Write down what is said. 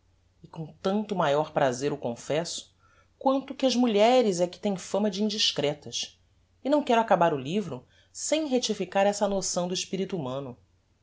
e com tanto maior prazer o confesso quanto que as mulheres é que tem fama de indiscretas e não quero acabar o livro sem rectificar essa noção do espirito humano